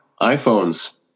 iPhones